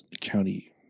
county